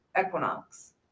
Equinox